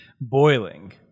Boiling